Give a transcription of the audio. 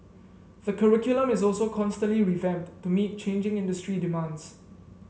the curriculum is also constantly revamped to meet changing industry demands